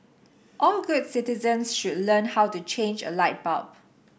all good citizens should learn how to change a light bulb